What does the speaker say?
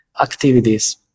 activities